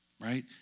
right